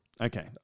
Okay